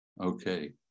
okay